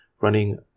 running